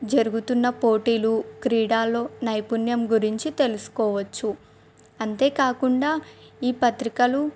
జరుగుతున్న పోటీలు క్రీడాలో నైపుణ్యం గురించి తెలుసుకోవచ్చు అంతేకాకుండా ఈ పత్రికలు